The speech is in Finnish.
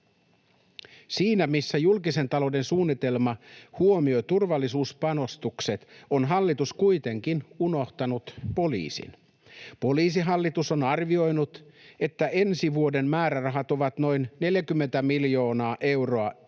Siinä missä julkisen talouden suunnitelma huomioi turvallisuuspanostukset, on hallitus kuitenkin unohtanut poliisin. Poliisihallitus on arvioinut, että ensi vuoden määrärahat ovat noin 40 miljoonaa euroa